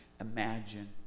imagine